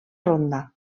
ronda